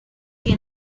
que